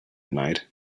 night